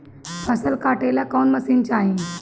फसल काटेला कौन मशीन चाही?